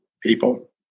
people